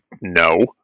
no